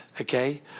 Okay